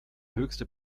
höchste